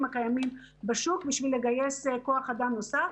הקיימים בשוק בשביל לגייס כוח אדם נוסף,